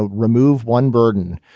remove one burden,